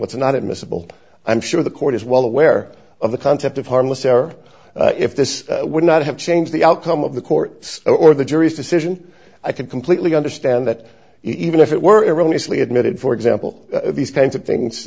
what's not admissible i'm sure the court is well aware of the concept of harmless error if this would not have changed the outcome of the court or the jury's decision i can completely understand that even if it were erroneously admitted for example these kinds of things